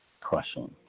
crushing